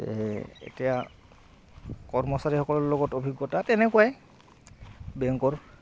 এতিয়া কৰ্মচাৰীসকলৰ লগত অভিজ্ঞতা তেনেকুৱাই বেংকৰ